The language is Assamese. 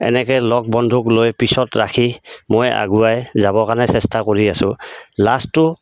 এনেকৈ লগ বন্ধুক লৈ পিছত ৰাখি মই আগুৱাই যাবৰ কাৰণে চেষ্টা কৰি আছোঁ লাজটো